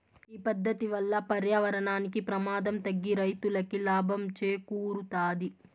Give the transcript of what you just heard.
ఈ పద్దతి వల్ల పర్యావరణానికి ప్రమాదం తగ్గి రైతులకి లాభం చేకూరుతాది